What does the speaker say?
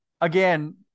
again